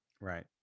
right